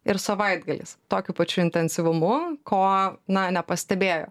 ir savaitgaliais tokiu pačiu intensyvumu ko na nepastebėjo